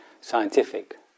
scientific